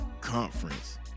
conference